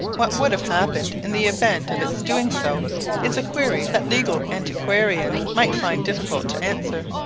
what would have happened in the event of its doing so is a query that legal antiquarians might find difficult to answer.